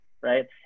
right